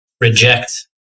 reject